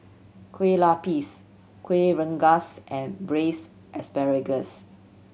Kueh Lapis Kueh Rengas and Braised Asparagus